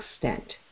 extent